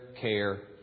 care